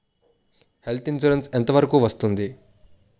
Health insurance ఎంత వరకు వస్తుంది?